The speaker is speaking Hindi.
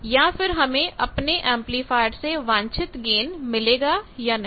या फिरहमें अपने एंपलीफायर से वांछित गेन मिलेगा या नहीं